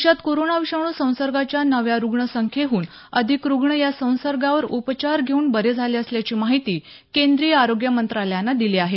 देशात कोरोना विषाणू संसर्गाच्या नव्या रुग्ण संख्येहून अधिक रुग्ण या संसर्गावर उपचार घेऊन बरे झाले असल्याची माहिती केंद्रीय आरोग्य मंत्रालायनं दिली आहे